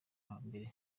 hambere